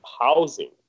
housing